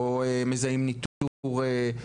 לא מזהים ניטור,